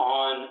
on